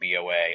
BOA